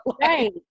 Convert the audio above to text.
Right